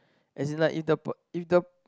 as in like if the p~ if the